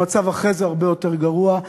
המצב אחרי זה הרבה יותר גרוע.